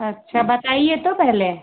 अच्छा बताईए तो पहले